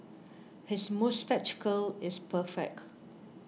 his moustache curl is perfect